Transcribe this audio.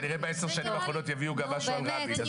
כנראה בעשר השנים האחרונות יביאו גם משהו על רבין.